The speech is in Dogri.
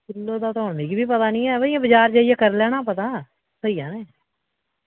किल्लो दा ते हून मिकी बी पता निं ऐ बा इ'यां बजार जाइयै करी लैओ ना पता थ्होई जाने